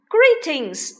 Greetings